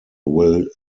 will